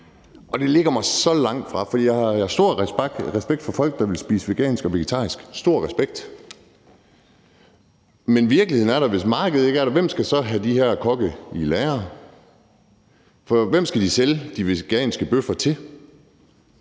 og det ligger mig så fjernt. Jeg har stor respekt for folk, der vil spise vegansk og vegetarisk – stor respekt – men virkeligheden er da, at hvis markedet ikke er der, hvem skal så have de her kokke i lære? Hvem skal de sælge de veganske bøffer til?